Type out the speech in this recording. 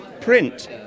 Print